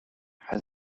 has